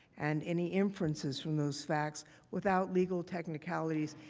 and any inferences from those facts without legal technicality.